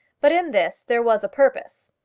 but in this there was a purpose.